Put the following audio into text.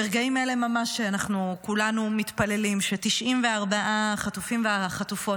ברגעים אלה ממש אנחנו כולנו מתפללים ש-94 החטופים והחטופות,